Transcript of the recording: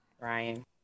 ryan